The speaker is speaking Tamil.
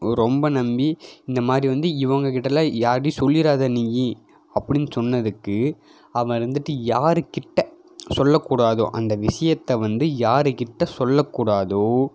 ரொம்ப நம்பி இந்த மாதிரி வந்து இவங்கக்கிட்டேலாம் யாருகிட்டியும் சொல்லிடாத நீ அப்படின் சொன்னதுக்கு அவன் வந்துட்டு யாருக்கிட்டே சொல்லக்கூடாதோ அந்த விஷியத்த வந்து யாருக்கிட்டே சொல்லக்கூடாதோ